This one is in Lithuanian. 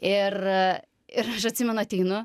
ir ir aš atsimenu ateinu